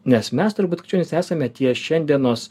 nes mes turbūt esame tie šiandienos